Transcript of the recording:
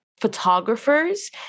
photographers